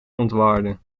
ontwarde